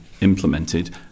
implemented